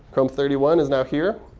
chrome thirty one is now here.